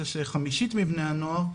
זה שחמישית מבני הנוער,